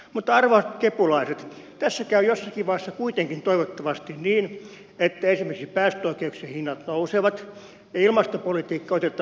mutta arvon kepulaiset tässä käy jossakin vaiheessa kuitenkin toivottavasti niin että esimerkiksi päästöoikeuksien hinnat nousevat ja ilmastopolitiikka otetaan tosissaan